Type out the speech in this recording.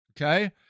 Okay